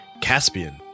Caspian